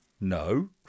No